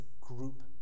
group